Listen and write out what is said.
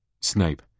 Snape